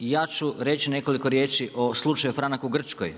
Ja ću reći nekoliko riječi o slučaju franka u Grčkoj.